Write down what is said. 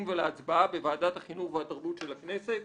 ולהצבעה בוועדת החינוך והתרבות של הכנסת.